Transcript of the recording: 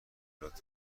لطفا